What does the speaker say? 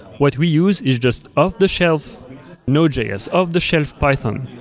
what we use is just off-the-shelf node js, ah off-the-shelf python,